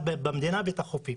ההצלה בחופים.